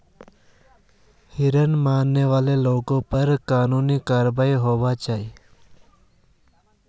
हिरन मारने वाला लोगेर पर कानूनी कारवाई होबार चाई